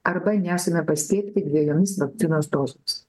arba nesame pasiekti dvejomis vakcinos dozėmis